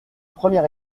premier